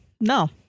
no